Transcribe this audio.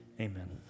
Amen